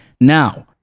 now